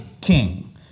king